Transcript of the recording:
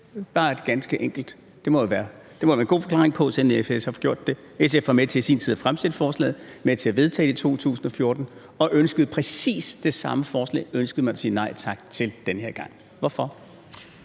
er et ganske enkelt spørgsmål. Det må der da være en god forklaring på, siden SF har gjort det. SF var i sin tid med til at fremsætte forslaget og med til at vedtage det i 2014, og præcis det samme forslag ønskede man at sige nej tak til den her gang. Hvorfor?